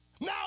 now